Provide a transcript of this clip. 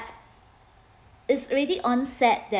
it's already onset that